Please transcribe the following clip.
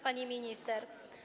Pani Minister!